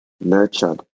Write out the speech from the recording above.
nurtured